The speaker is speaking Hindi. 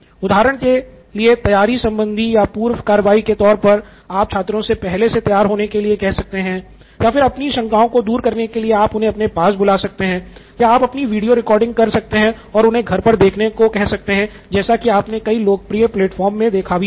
उदाहरण के लिए तैयारी संबंधी या पूर्व कार्रवाई के तौर पर आप छात्रों से पहले से तैयार होने के लिए कह सकते हैं या फिर अपनी शंकाओं को दूर करने के लिए आप उन्हे अपने पास बुला सकते हैं या आप अपनी वीडियो रिकॉर्डिंग कर सकते हैं और उन्हें घर पर देखने को कह सकते हैं जैसे कि आपने कई लोकप्रिय प्लेटफार्मों में देखा भी होगा